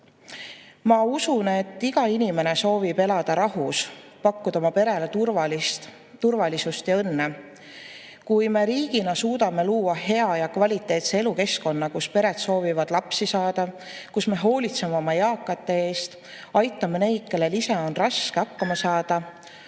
Ma usun, et iga inimene soovib elada rahus, pakkuda oma perele turvalisust ja õnne. Kui me riigina suudame luua hea ja kvaliteetse elukeskkonna, kus pered soovivad lapsi saada, kus me hoolitseme oma eakate eest, aitame neid, kellel ise on raske hakkama saada